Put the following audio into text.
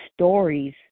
stories